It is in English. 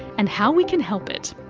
and how we can help it.